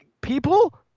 people